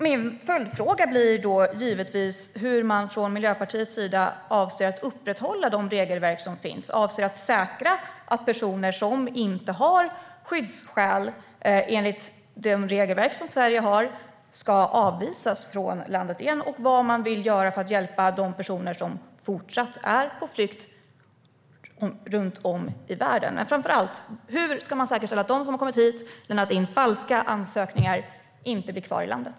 Min följdfråga blir givetvis: Hur avser man från Miljöpartiets sida att upprätthålla de regelverk som finns, och hur avser man att säkra att personer som inte har skyddsskäl enligt det regelverk som Sverige har ska avvisas från landet? Och vad vill man göra för att hjälpa de personer som fortsatt är på flykt runt om i världen? Men framför allt: Hur ska man säkerställa att de som har kommit hit och lämnat in falska ansökningar inte blir kvar i landet?